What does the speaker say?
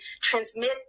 transmit